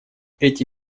эти